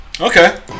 Okay